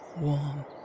warm